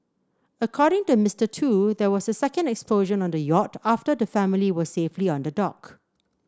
according to Mister Tu there was a second explosion on the yacht after the family were safely on the dock